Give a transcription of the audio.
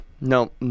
no